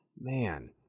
man